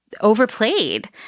overplayed